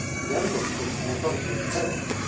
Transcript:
the other book was an anthology of poems,